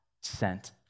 sent